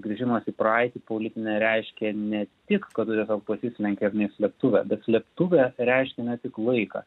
grįžimas į praeitį politinę reiškia ne tik kad tu tiesiog pasislenki ar ne į slėptuvę bet slėptuvė reiškia ne tik laiką